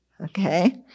Okay